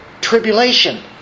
Tribulation